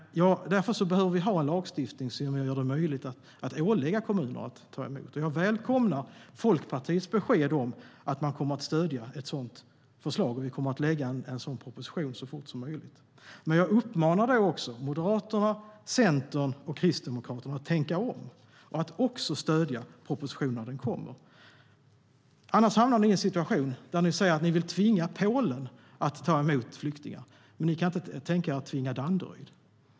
Därför behöver vi ha en lagstiftning som gör det möjligt att ålägga kommuner att ta emot. Jag välkomnar Folkpartiets besked om att man kommer att stödja ett sådant förslag. Vi kommer att lägga fram en sådan proposition så fort som möjligt. Jag uppmanar också Moderaterna, Centerpartiet och Kristdemokraterna att tänka om och också stödja propositionen när den kommer. Annars hamnar ni i en situation där ni säger att ni vill tvinga Polen att ta emot flyktingar men inte kan tänka er att tvinga Danderyd.